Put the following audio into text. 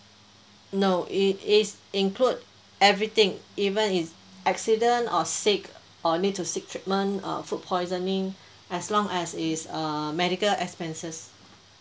no it is include everything even it's accident or sick or need to seek treatment err food poisoning as long as it's err medical expenses